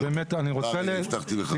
כן, הבטחתי לך.